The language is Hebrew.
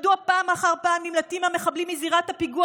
מדוע פעם אחר פעם נמלטים המחבלים מזירת הפיגוע